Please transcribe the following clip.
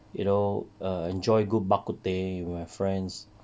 you know err enjoy good bak kut teh with my friends